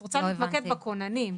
את רוצה להתמקד בכוננים.